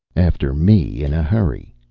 after me, in a hurry!